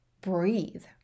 breathe